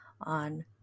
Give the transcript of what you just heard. on